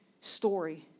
story